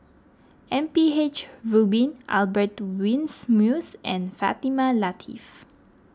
M P H Rubin Albert Winsemius and Fatimah Lateef